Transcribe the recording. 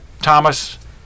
Thomas